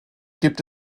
gibt